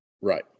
Right